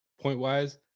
point-wise